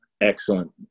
Excellent